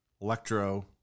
Electro